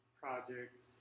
projects